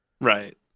Right